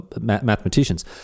mathematicians